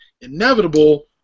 inevitable